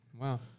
Wow